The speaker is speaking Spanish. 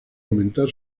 aumentar